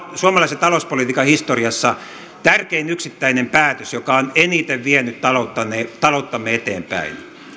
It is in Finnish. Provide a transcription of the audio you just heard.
suomalaisessa talouspolitiikan historiassa tärkein yksittäinen päätös joka on eniten vienyt talouttamme eteenpäin